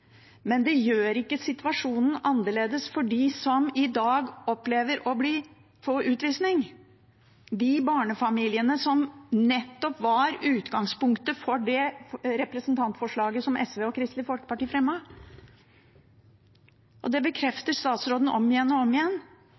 men det gjør ikke situasjonen annerledes for dem som i dag opplever å få utvisning – de barnefamiliene som nettopp var utgangspunktet for det representantforslaget som SV og Kristelig Folkeparti fremmet. Det bekrefter statsråden om igjen og om igjen.